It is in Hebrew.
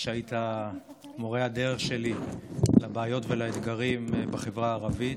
שהיית מורה הדרך שלי לבעיות ולאתגרים בחברה הערבית.